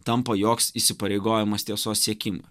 tampa joks įsipareigojimas tiesos siekime